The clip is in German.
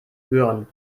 hören